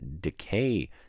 Decay